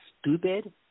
stupid